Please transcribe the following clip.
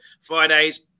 Fridays